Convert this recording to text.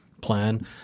plan